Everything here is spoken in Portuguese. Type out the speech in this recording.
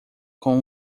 com